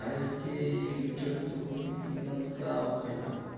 भैंस के एक लीटर दूध का कीमत का होखेला?